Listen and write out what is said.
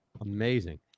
amazing